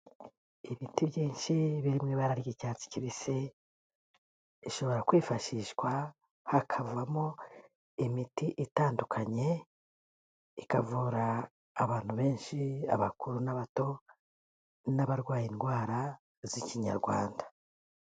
Ibiti byinshi biririmo ibara ry'icyatsi kibisi, ishobora kwifashishwa hakavamo imiti itandukanye, ikavura abantu benshi, abakuru n'abato, n'abarwaye indwara z'ikinyarwanda.